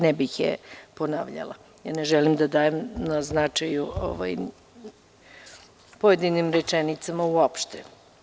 Ne bih je ponavljala, jer ne želim da dajem na značaju pojedinim rečenicima uopšte.